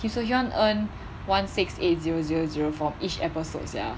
kim soo hyun earn one six eight zero zero zero for each episode sia